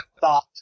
thought